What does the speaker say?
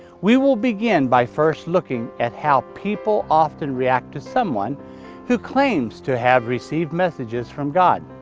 we will begin by first looking at how people often react to someone who claims to have received messages from god.